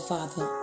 Father